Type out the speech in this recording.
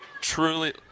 truly